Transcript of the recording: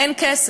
אין כסף,